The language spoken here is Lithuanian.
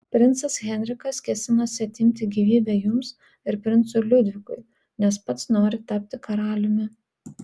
princas henrikas kėsinasi atimti gyvybę jums ir princui liudvikui nes pats nori tapti karaliumi